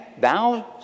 thou